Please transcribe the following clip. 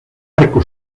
arco